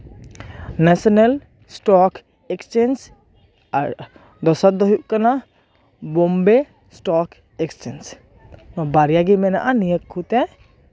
national stock exchange ᱟᱨ ᱫᱚᱥᱟᱨ ᱫᱚ ᱦᱩᱭᱩᱜ ᱠᱟᱱᱟ ᱵᱳᱢᱵᱮ ᱥᱴᱚᱠ ᱮᱠᱥᱪᱮᱧᱡᱽ ᱵᱟᱨᱭᱟ ᱜᱮ ᱢᱮᱱᱟᱜᱼᱟ ᱱᱤᱭᱟᱹ ᱠᱚᱛᱮ